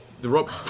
the rope